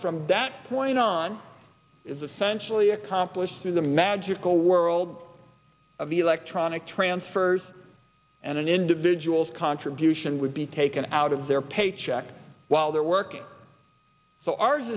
from that point on is essentially accomplished through the magical world of the electronic transfers and an individual's contribution would be taken out of their paycheck while they're working so ours